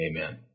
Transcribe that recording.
Amen